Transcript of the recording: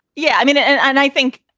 yeah. i mean, and i think,